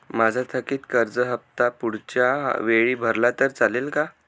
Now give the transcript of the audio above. माझा थकीत कर्ज हफ्ता पुढच्या वेळी भरला तर चालेल का?